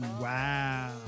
Wow